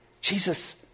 Jesus